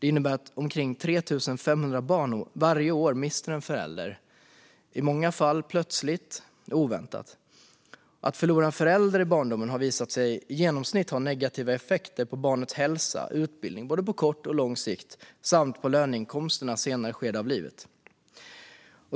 Det innebär att omkring 3 500 barn varje år mister en förälder, i många fall plötsligt och oväntat. Att förlora en förälder i barndomen har visat sig ha, i genomsnitt, negativa effekter på barnets hälsa och utbildning på både kort och lång sikt samt på löneinkomsterna i ett senare skede av livet.